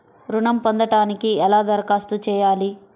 ఋణం పొందటానికి ఎలా దరఖాస్తు చేయాలి?